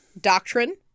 doctrine